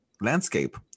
landscape